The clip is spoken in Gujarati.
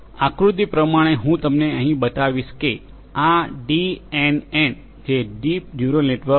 તેથી આકૃતિ પ્રમાણે હું તમને અહીં બતાવીશ કે આ ડીએનએન જે ડીપ ન્યુરલ નેટવર્ક છે